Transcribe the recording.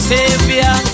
Savior